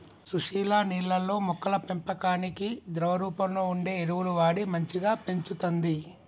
సుశీల నీళ్లల్లో మొక్కల పెంపకానికి ద్రవ రూపంలో వుండే ఎరువులు వాడి మంచిగ పెంచుతంది